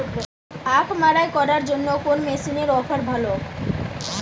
আখ মাড়াই করার জন্য কোন মেশিনের অফার ভালো?